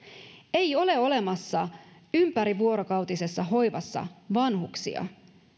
ei ole olemassa ympärivuorokautisessa hoivassa vanhuksia